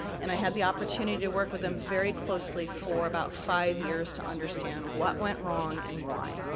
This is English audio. and i had the opportunity to work with them very closely for about five years to understand what went wrong, and why.